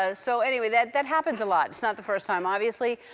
ah so anyway, that that happens a lot. it's not the first time obviously.